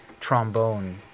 trombone